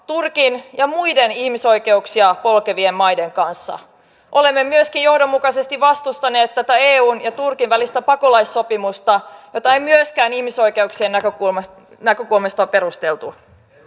turkin ja muiden ihmisoikeuksia polkevien maiden kanssa olemme myöskin johdonmukaisesti vastustaneet eun ja turkin välistä pakolaissopimusta joka ei myöskään ihmisoikeuksien näkökulmasta näkökulmasta ole perusteltu